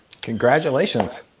congratulations